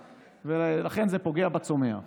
ואז ההאבקה תהיה פחות טובה, ולכן זה פוגע בצומח.